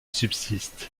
subsiste